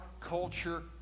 culture